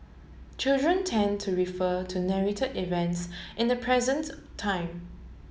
children tend to refer to narrated events in the present time